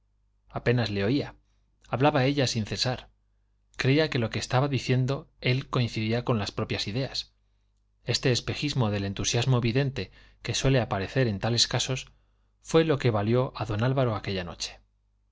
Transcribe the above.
apenas le oía hablaba ella sin cesar creía que lo que estaba diciendo él coincidía con las propias ideas este espejismo del entusiasmo vidente que suele aparecer en tales casos fue lo que valió a don álvaro aquella noche